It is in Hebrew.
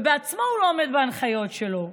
ובעצמו לא עומד בהנחיות שלו?